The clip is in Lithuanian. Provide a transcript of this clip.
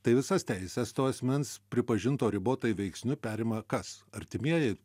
tai visas teises to asmens pripažinto ribotai veiksniu perima kas artimieji